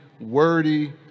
wordy